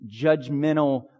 judgmental